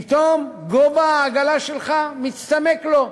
פתאום גובה העגלה שלך מצטמק לו,